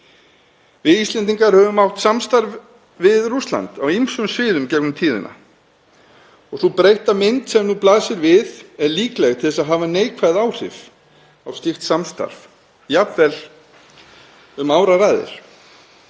Við Íslendingar höfum átt samstarf við Rússland á ýmsum sviðum í gegnum tíðina. Sú breytta mynd sem nú blasir við er líkleg til að hafa neikvæð áhrif á slíkt samstarf, jafnvel um áraraðir.